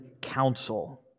counsel